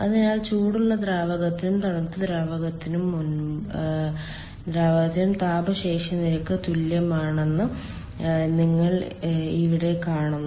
അതിനാൽ ചൂടുള്ള ദ്രാവകത്തിനും തണുത്ത ദ്രാവകത്തിനും താപ ശേഷി നിരക്ക് തുല്യമാണെന്ന് നിങ്ങൾ ഇവിടെ കാണുന്നു